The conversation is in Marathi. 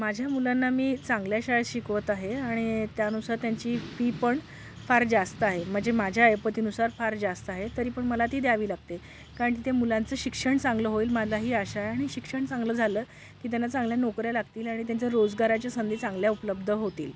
माझ्या मुलांना मी चांगल्या शाळेत शिकवत आहे आणि त्यानुसार त्यांची फी पण फार जास्त आहे म्हणजे माझ्या ऐपतीनुसार फार जास्त आहे तरी पण मला ती द्यावी लागते कारण की ते मुलांचं शिक्षण चांगलं होईल मला ही आशा आहे आणि शिक्षण चांगलं झालं की त्यांना चांगल्या नोकऱ्या लागतील आणि त्यांच्या रोजगाराच्या संधी चांगल्या उपलब्ध होतील